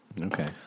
Okay